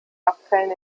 abfällen